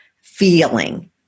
feeling